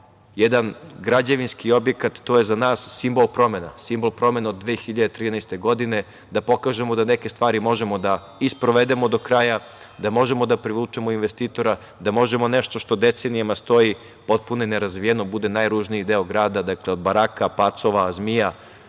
jedan građevinski objekat, to je za nas simbol promena, simbol promena od 2013. godine, da pokažemo da neke stvari možemo da i sprovedemo do kraja, da možemo da privučemo investitora, da možemo nešto što decenijama stoji potpuno i nerazvijeno bude najružniji deo grada. Dakle, od baraka, pacova, zmija,